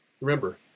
Remember